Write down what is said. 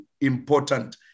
important